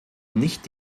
nicht